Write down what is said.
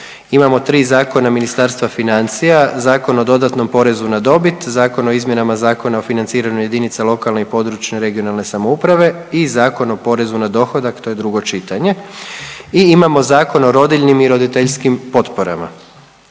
imamo tri zakona Ministarstva financija Zakon o dodatnom porezu na dobit, Zakon o izmjenama Zakona o financiranju jedinica lokalne i područne (regionalne) samouprave i Zakon o porezu na dohodak to je drugo čitanje i imamo Zakon o rodiljnim i roditeljskim potporama.